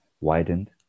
widened